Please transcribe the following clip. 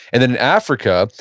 and then in africa,